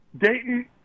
Dayton